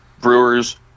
Brewers